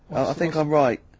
i think i'm right.